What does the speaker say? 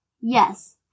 Yes